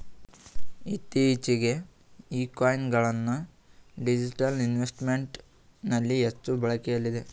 ಇತ್ತೀಚೆಗೆ ಈ ಕಾಯಿನ್ ಗಳನ್ನ ಡಿಜಿಟಲ್ ಇನ್ವೆಸ್ಟ್ಮೆಂಟ್ ನಲ್ಲಿ ಹೆಚ್ಚು ಬಳಕೆಯಲ್ಲಿದೆ